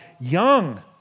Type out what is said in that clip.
young